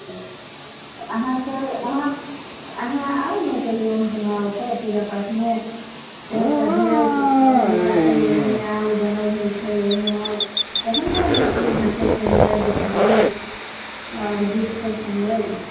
तऽ अहाँके अहाँ अहाँ आउ ने कहिओ हमरा ओतऽ पूजा पाठमे चाहे शादिए जे हेतै ओहिमे आउ जनेउ होइ छै ओहिमे आउ तखन ने अथि भाषा सुनबै देखबै आओर गीतसब सुनबै